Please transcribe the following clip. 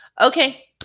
Okay